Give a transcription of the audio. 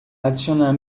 adicionar